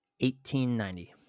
1890